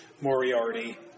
Moriarty